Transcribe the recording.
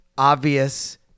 obvious